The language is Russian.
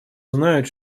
знает